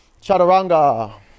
chaturanga